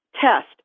test